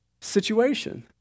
situation